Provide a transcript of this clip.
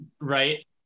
right